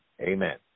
amen